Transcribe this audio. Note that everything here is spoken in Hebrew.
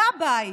גבאי